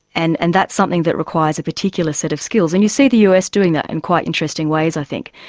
and and that is something that requires a particular set of skills. and you see the us doing that in quite interesting ways i think.